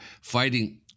fighting